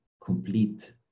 complete